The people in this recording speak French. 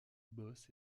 boss